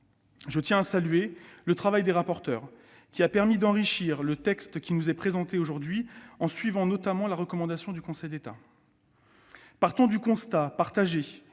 Je tiens à saluer le travail des rapporteurs, qui a permis d'enrichir le texte qui nous est présenté en suivant notamment les recommandations du Conseil d'État. Partant du constat, partagé,